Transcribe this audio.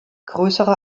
größere